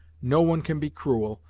no one can be cruel,